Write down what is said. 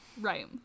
Right